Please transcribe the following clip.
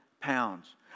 pounds